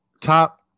top